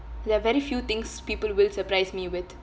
there are very few things people will surprise me with